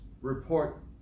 report